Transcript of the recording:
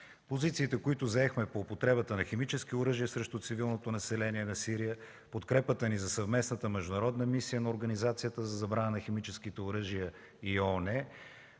Позициите, които заехме по употребата на химически оръжия срещу цивилното население на Сирия, подкрепата ни за Съвместната международна мисия на Организацията за забрана на химическите оръжия и ООН